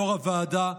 יו"ר הוועדה,